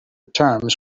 terms